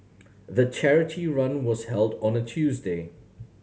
the charity run was held on a Tuesday